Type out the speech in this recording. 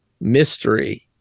mystery